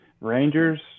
Rangers